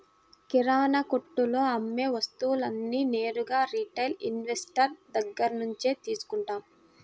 కిరణాకొట్టులో అమ్మే వస్తువులన్నీ నేరుగా రిటైల్ ఇన్వెస్టర్ దగ్గర్నుంచే తీసుకుంటాం